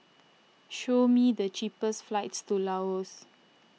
show me the cheapest flights to Laos